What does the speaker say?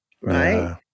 right